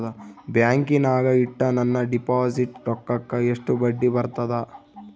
ಬ್ಯಾಂಕಿನಾಗ ಇಟ್ಟ ನನ್ನ ಡಿಪಾಸಿಟ್ ರೊಕ್ಕಕ್ಕ ಎಷ್ಟು ಬಡ್ಡಿ ಬರ್ತದ?